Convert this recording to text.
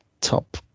top